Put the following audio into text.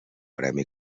premi